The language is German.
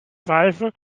pfeife